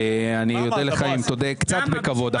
אני אודה לך אם תדבר קצת בכבוד.